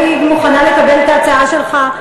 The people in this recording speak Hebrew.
אני מוכנה לקבל את ההצעה שלך,